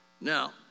Now